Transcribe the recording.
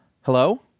Hello